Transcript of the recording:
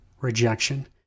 rejection